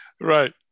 right